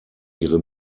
ihre